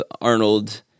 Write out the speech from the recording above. Arnold